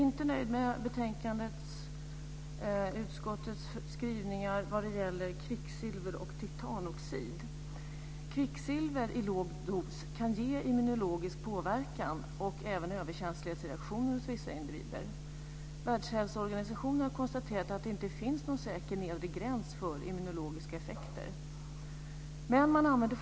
Men de uppgifter som ingår i registren kan vara mycket integritetskänsliga, och enligt nuvarande lagstiftning krävs endast samtycke från patienten för medverkan i registret.